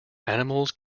animals